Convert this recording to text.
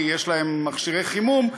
כי יש להם מכשירי חימום,